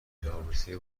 رابطه